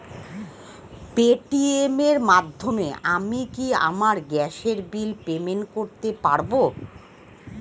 Paytm এর মাধ্যমে আমি কি আমার গ্যাসের বিল পেমেন্ট করতে পারব?